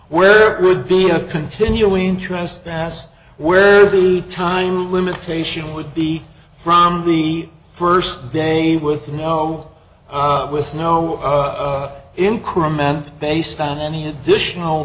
where would be a continuing trespass where the time limitation would be from the first day with no up with no up increment based on any additional